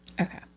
Okay